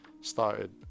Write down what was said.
started